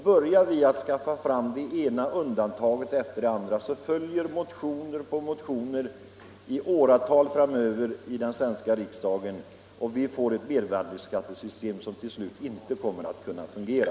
Börjar vi att skaffa fram det ena undantaget efter det andra följer motioner på motioner åratal framöver i den svenska riksdagen, och vi får ett mervärdeskattesystem som till slut inte kommer att kunna fungera.